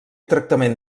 tractament